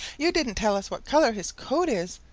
you didn't tell us what color his coat is,